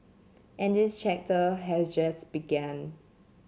and this chapter has just begun